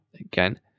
again